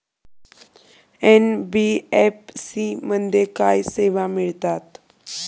NBFC मध्ये काय सेवा मिळतात?